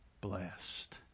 blessed